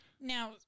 Now